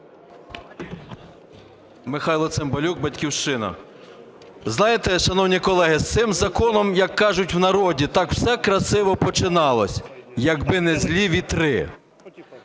Михайло Цимбалюк, "Батьківщина". Знаєте, шановні колеги, цим законом, як кажуть в народі, так все красиво починалось, як би не злі вітри.